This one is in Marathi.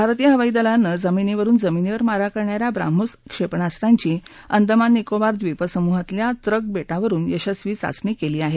भारतीय हवाई दलानं जमिनीवरून जमिनीवर मारा करणाऱ्या ब्राम्होस क्षेपणास्वांची अंदमान निकोबार द्वीपसमुहातल्या त्रक बेटावरून यशस्वी चाचणी केली आहे